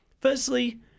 firstly